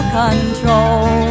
control